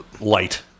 light